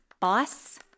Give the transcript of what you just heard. boss